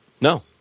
No